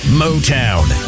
motown